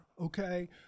okay